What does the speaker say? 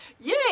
Yay